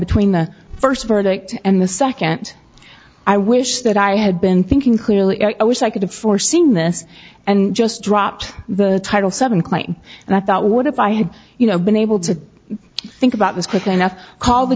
between the first verdict and the second i wish that i had been thinking clearly i wish i could have foreseen this and just dropped the title seven quite and i thought what if i had you know been able to think about this